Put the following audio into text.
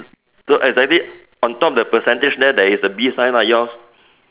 so exactly on top of the percentage there there's a B sign right yours